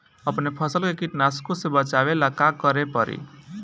अपने फसल के कीटनाशको से बचावेला का करे परी?